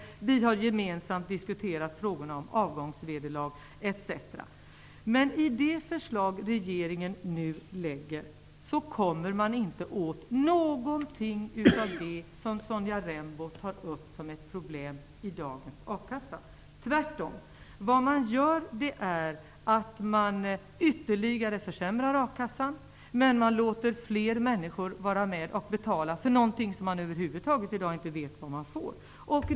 Vi har gemensamt diskuterat frågan om avgångsvederlag, osv. Men i det förslag som regeringen nu lägger fram går det inte att komma åt något av det som Sonja Rembo tar upp som ett problem i dagens a-kassa. Tvärtom! I stället sker ytterligare försämringar i akassan. Fler människor får vara med och betala för något som de över huvud taget inte vet om de får ta del av.